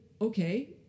okay